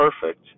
perfect